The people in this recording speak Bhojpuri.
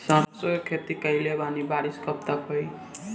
सरसों के खेती कईले बानी बारिश कब तक होई?